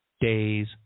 days